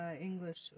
English